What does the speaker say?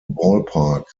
ballpark